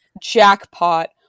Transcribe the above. Jackpot